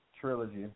trilogy